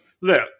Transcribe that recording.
Look